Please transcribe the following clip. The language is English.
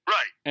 Right